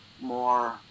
more